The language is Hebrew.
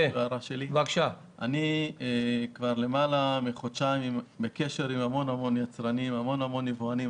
אני כבר למעלה מחודשיים בקשר עם המון יצרנים ויבואנים,